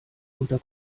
unter